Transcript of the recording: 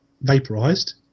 vaporized